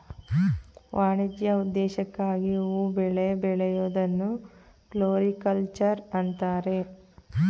ವಾಣಿಜ್ಯ ಉದ್ದೇಶಕ್ಕಾಗಿ ಹೂ ಬೆಳೆ ಬೆಳೆಯೂದನ್ನು ಫ್ಲೋರಿಕಲ್ಚರ್ ಅಂತರೆ